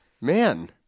Man